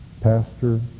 Pastor